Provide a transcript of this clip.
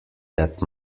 that